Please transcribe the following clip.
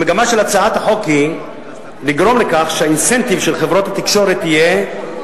המגמה של הצעת החוק היא לגרום לכך שהאינסנטיב של חברות התקשורת יהיה